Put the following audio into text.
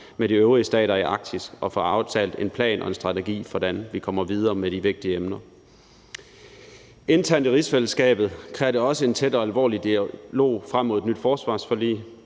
med de øvrige stater i Arktis og får aftalt en plan og en strategi for, hvordan vi kommer videre med de vigtige emner. Internt i rigsfællesskabet kræver det også en tæt og alvorlig dialog frem mod et nyt forsvarsforlig.